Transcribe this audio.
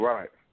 Right